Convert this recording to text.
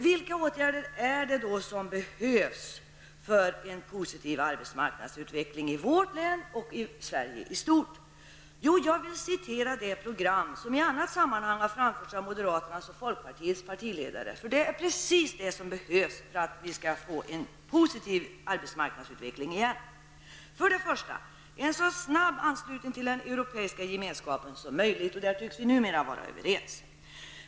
Vilka åtgärder behövs då för en positiv arbetsmarknadsutveckling i vårt län och i Sverige i stort? Jag vill redogöra för det program som i annat sammanhang har framförts av moderaternas och folkpartiets partiledare. Det är nämligen precis det som behövs för att vi åter skall få en positiv arbetsmarknadsutveckling. Programmet har följande punkter: För det första: En anslutning till Europeiska gemenskapen så snabbt som möjligt. Och där tycks vi numera vara överens.